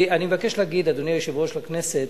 אני מבקש להגיד, אדוני היושב-ראש, לכנסת,